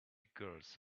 girls